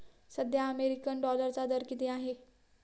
सध्या अमेरिकन डॉलरचा दर किती आहे?